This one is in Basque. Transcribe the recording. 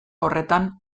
horretan